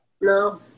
no